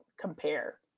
compare